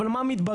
אבל מה מתברר?